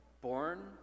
born